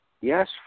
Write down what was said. Yes